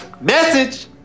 Message